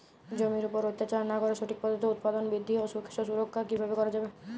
জমির উপর অত্যাচার না করে সঠিক পদ্ধতিতে উৎপাদন বৃদ্ধি ও শস্য সুরক্ষা কীভাবে করা যাবে?